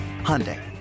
Hyundai